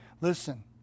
Listen